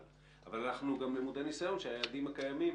אבל אנחנו למודי ניסיון שאנחנו לא עומדים היום ביעדים הקיימים.